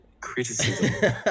criticism